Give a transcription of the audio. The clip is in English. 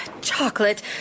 chocolate